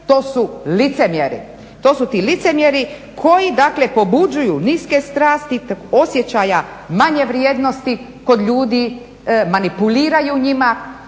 To su licemjeri, to su ti licemjeri koji dakle pobuđuju niske strasti, osjećaja manje vrijednosti kod ljudi, manipuliraju njima,